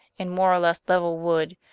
and more or less level wood,